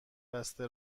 بسته